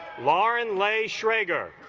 laurin leigh shraeger